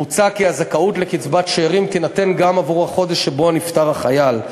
מוצע כי הזכאות לקצבת שאירים תינתן גם עבור החודש שבו נפטר החייל.